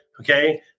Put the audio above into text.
okay